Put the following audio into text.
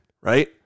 right